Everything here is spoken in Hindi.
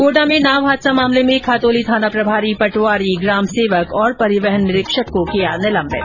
कोटा में नाव हादसा मामले में खातौली थानाप्रभारी पटवारी ग्राम सेवक और परिवहन निरीक्षक निलंबित